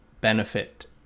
benefit